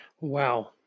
Wow